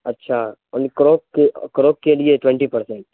اچھا اونلی کروک کے کروک کے لیے ٹوینٹی پرسینٹ